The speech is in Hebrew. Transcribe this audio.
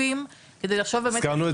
יפה,